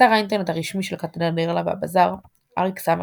אתר האינטרנט הרשמי של הקתדרלה והבזאר אריק ס.